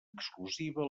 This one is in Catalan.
exclusiva